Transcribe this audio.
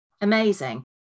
amazing